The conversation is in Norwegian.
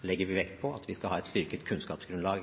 legger vi vekt på at vi skal ha et styrket kunnskapsgrunnlag,